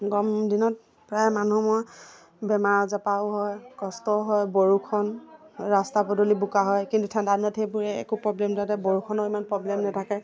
গম দিনত প্ৰায় মানুহ বেমাৰ আজাৰ পাও হয় কষ্টও হয় বৰষুণ ৰাস্তা পদূলি বোকা হয় কিন্তু ঠাণ্ডাদনত সেইবোৰে একো প্ৰব্লেম যাতে বৰষুণৰ ইমান প্ৰব্লেম নেথাকে